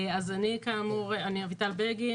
אני אביטל בגין,